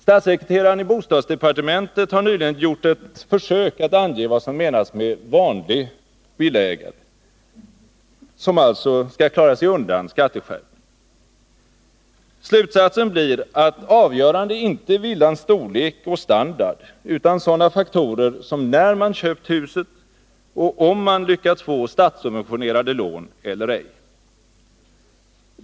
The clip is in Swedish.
Statssekreteraren i bostadsdepartementet har nyligen gjort ett försök att ange vad som menas med ”vanliga” villaägare, som alltså skall klara sig undan skatteskärpning. Slutsatsen blir att det avgörande inte är villans storlek och standard utan sådana faktorer som när man köpt huset och om man lyckats få statssubventionerade lån eller ej.